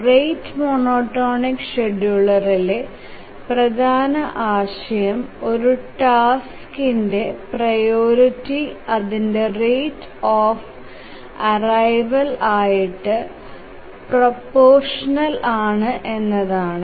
rate monotonic ഷെഡ്യൂളറിലെ പ്രധാന ആശയം ഒരു ടാസ്ക്കിന്റെ പ്രിയോറിറ്റി അതിന്ടെ റേറ്റ് ഓഫ് ആരൈവൾ ആയിട്ടു പ്രൊപ്പോഷണൽ ആണ് എന്നതാണ്